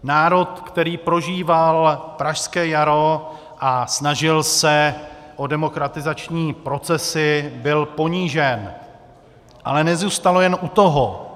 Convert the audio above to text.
Národ, který prožíval pražské jaro a snažil se o demokratizační procesy, byl ponížen, ale nezůstalo jen u toho.